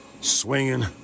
swinging